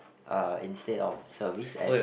uh instead of service as